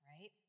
right